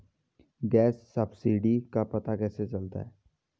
Gas subsidy का पता कैसे चलता है?